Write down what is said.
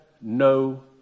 no